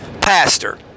pastor